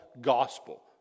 gospel